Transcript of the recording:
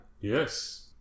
Yes